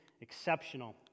exceptional